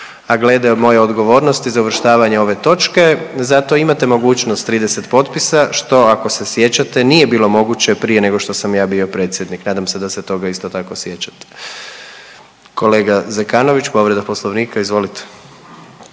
a glede moje odgovornosti za uvrštavanje ove točke zato imate mogućnost 30 potpisa što ako se sjećate nije bilo moguće prije nego što sam ja bio predsjednik. Nadam se da se toga isto tako sjećate. Kolega Zekanović povreda Poslovnika, izvolite.